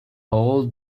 old